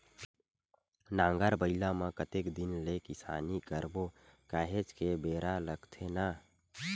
नांगर बइला म कतेक दिन ले किसानी करबो काहेच के बेरा लगथे न